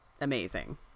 amazing